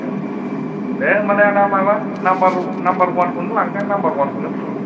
आच्छा दे होनबालाय आदा माबा नाम्बार नाम्बार वानखौनो लांनोसै आं नाम्बार वानखौनो फुल